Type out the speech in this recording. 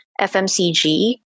FMCG